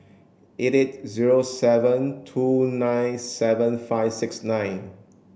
eight zero seven two nine seven five six nine